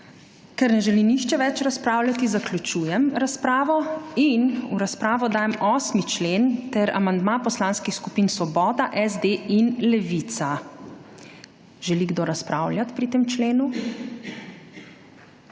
Ker ne želi nihče več razpravljati, zaključujem razpravo. V razpravo dajem 8. člen ter amandma poslanskih skupin Svoboda, SD in Levica. Želi kdo razpravljati o tem členu?